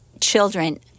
children